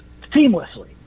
seamlessly